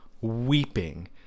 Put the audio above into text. weeping